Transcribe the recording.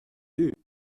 vus